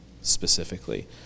specifically